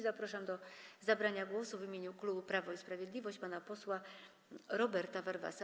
Zapraszam do zabrania głosu w imieniu klubu Prawo i Sprawiedliwość pana posła Roberta Warwasa.